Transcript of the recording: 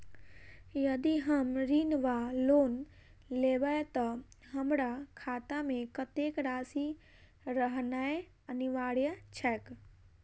यदि हम ऋण वा लोन लेबै तऽ हमरा खाता मे कत्तेक राशि रहनैय अनिवार्य छैक?